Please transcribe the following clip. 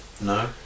No